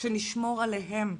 שנשמור עליהם,